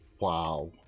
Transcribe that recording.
Wow